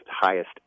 highest